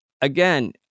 again